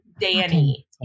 Danny